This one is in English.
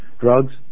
drugs